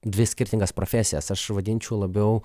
dvi skirtingas profesijas aš vadinčiau labiau